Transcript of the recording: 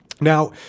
Now